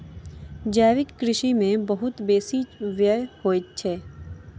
जैविक कृषि में बहुत बेसी व्यय होइत अछि